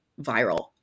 viral